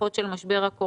ההשלכות של משבר הקורונה.